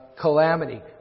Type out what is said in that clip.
calamity